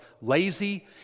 lazy